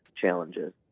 challenges